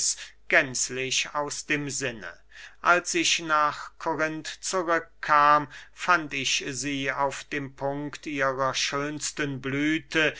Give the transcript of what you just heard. gänzlich aus dem sinne als ich nach korinth zurückkam fand ich sie auf dem punkt ihrer schönsten blüthe